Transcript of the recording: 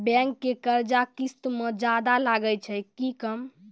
Bank के कर्जा किस्त मे ज्यादा लागै छै कि कम?